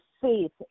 faith